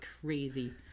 crazy